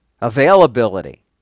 Availability